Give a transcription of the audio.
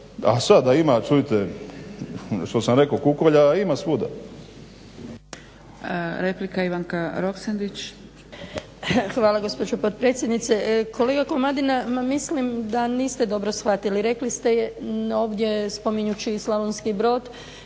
a sad ima čujte što sam rekao kukolja ima svuda.